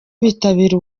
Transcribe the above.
bitabira